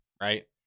Right